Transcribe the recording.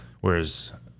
Whereas